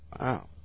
Wow